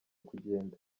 kugenda